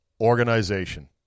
Organization